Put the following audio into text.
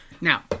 Now